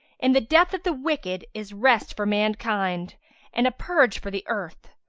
in the death of the wicked is rest for mankind and a purge for the earth?